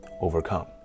overcome